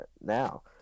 now